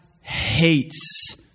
hates